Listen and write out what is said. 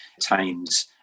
times